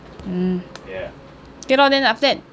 mm okay lor then after that